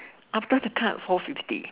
after the cut four fifty